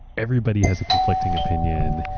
everybody has a conflicting opinion.